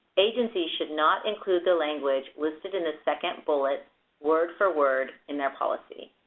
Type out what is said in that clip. agencies should not include the language listed in the second bullet word for word in their policy.